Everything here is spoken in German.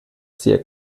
sehr